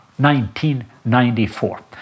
1994